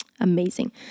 amazing